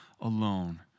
alone